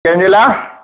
कंहिं जे लाइ